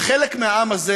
חלק מהעם הזה